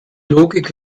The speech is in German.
logik